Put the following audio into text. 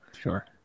Sure